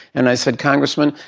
and i said, congressman,